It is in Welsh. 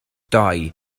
doi